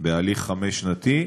בהליך חמש-שנתי.